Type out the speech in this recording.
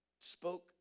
spoke